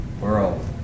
world